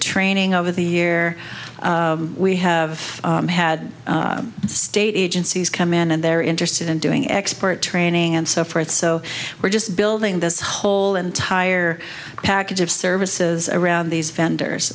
training over the year we have had state agencies come in and they're interested in doing expert training and so forth so we're just building this whole entire package of services around these vendors